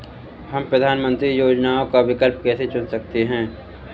हम प्रधानमंत्री योजनाओं का विकल्प कैसे चुन सकते हैं?